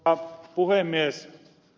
arvoisa puhemies